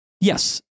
yes